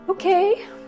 Okay